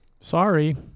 Sorry